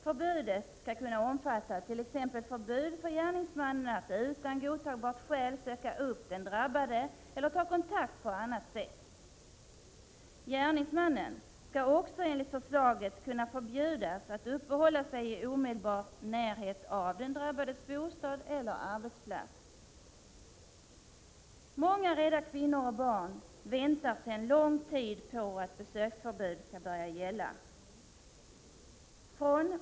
Förbudet skall t.ex. kunna bestå i att gärningsmannen inte utan godtagbart skäl får söka upp den drabbade eller ta kontakt på annat sätt. Gärningsmannen skall också enligt förslaget kunna förbjudas att uppehålla sig i omedelbar närhet av den drabbades bostad eller arbetsplats. Många rädda kvinnor och barn väntar sedan lång tid på att besöksförbud skall börja gälla.